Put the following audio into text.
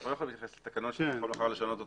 אנחנו לא יכולים להתייחס לתקנון ולשנות אותו,